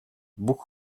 бүх